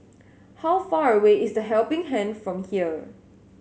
how far away is The Helping Hand from here